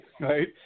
right